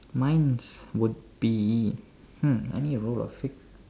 mine's would be hmm any role of